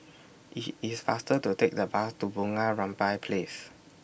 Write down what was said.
IT IS faster to Take The Bus to Bunga Rampai Place